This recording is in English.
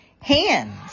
hands